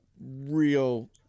real